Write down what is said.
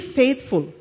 faithful